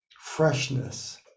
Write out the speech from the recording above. freshness